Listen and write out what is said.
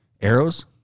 Arrows